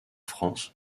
france